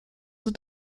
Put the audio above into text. sind